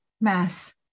mass